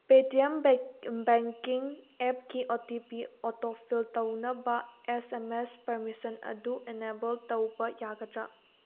P T M banking ꯑꯦꯞꯀꯤ O T P auto fill ꯇꯧꯅꯕ S M S permission ꯑꯗꯨ enable ꯇꯧꯕ ꯌꯥꯒꯗ꯭ꯔꯥ